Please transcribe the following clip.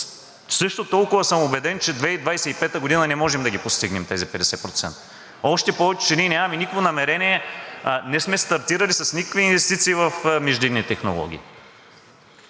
Също толкова съм убеден, че 2025 г. не можем да ги постигнем тези 50%. Още повече, че ние нямаме никакво намерение, не сме стартирали с никакви инвестиции в междинни технологии.